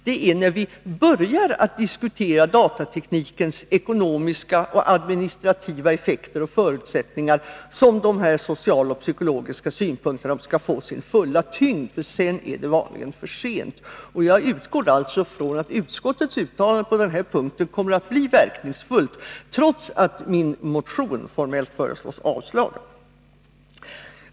Det är just när vi börjar diskutera datateknikens ekonomiska och administrativa effekter och förutsättningar som dessa sociala och psykologiska synpunkter måste få sin fulla tyngd. Sedan är det vanligen för sent. Jag utgår alltså från att utskottets uttalande på denna punkt kommer att bli verkningsfullt, trots att min motion 179 formellt föreslås avslagen.